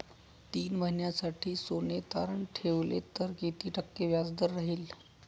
तीन महिन्यासाठी सोने तारण ठेवले तर किती टक्के व्याजदर राहिल?